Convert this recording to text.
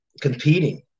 competing